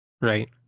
right